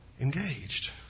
engaged